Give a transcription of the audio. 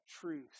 truth